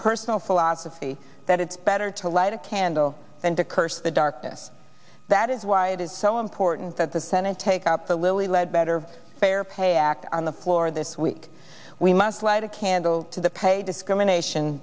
personal philosophy that it's better to light a candle than to curse the darkness that is why it is so important that the senate take up the lilly ledbetter fair pay act on the floor this week we must light a candle to the pay discrimination